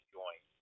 join